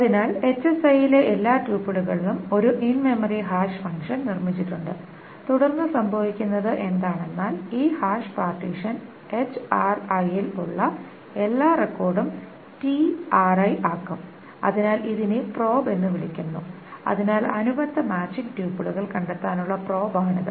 അതിനാൽ ലെ എല്ലാ ട്യൂപ്പിളുകളും ഒരു ഇൻ മെമ്മറി ഹാഷ് ഫംഗ്ഷൻ നിർമ്മിച്ചിട്ടുണ്ട് തുടർന്ന് സംഭവിക്കുന്നത് എന്താണെന്നാൽ ഈ ഹാഷ് പാർട്ടീഷൻ ൽ ഉള്ള എല്ലാ റെക്കോർഡ് tri ക്കും അതിനാൽ ഇതിനെ പ്രോബ് എന്ന് വിളിക്കുന്നു അതിനാൽ അനുബന്ധ മാച്ചിങ് ട്യൂപ്പിളുകൾ കണ്ടെത്താനുള്ള പ്രോബ് ആണിത്